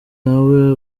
nawe